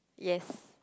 yes